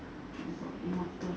you got water